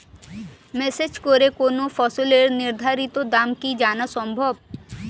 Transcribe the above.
Message করে কোন ফসলের নির্ধারিত দাম কি জানা সম্ভব?